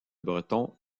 breton